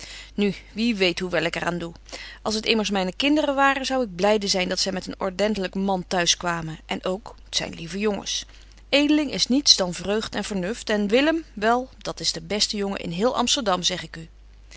nu wie weet hoe wel ik er aan doe als t immers myne kinderen waren zou ik blyde zyn dat zy met een ordentlyk man t'huis kwamen en ook t zyn lieve jongens edeling is niets dan vreugd en vernuft en willem wel dat is de beste jongen in heel amsterdam zeg ik u